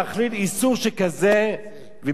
ובצדו עונש מאסר של שלוש שנים.